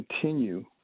continue